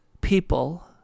people